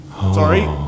Sorry